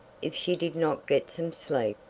if she did not get some sleep,